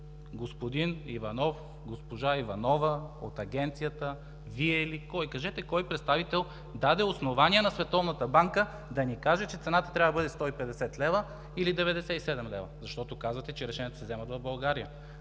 господин Иванов, госпожа Иванова от Агенцията, Вие ли, кой? Кажете кой представител даде основания на Световната банка да ни каже, че цената трябва да бъде 150 лв. или 97 лв.? Казвате, че решенията се вземат в България.